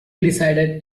decided